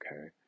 Okay